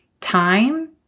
time